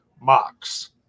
Mox